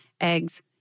eggs